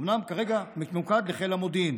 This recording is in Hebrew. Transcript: אומנם כרגע זה ממוקד לחיל המודיעין,